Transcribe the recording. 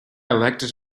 elected